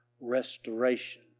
restoration